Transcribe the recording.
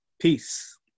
Peace